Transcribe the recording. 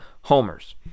homers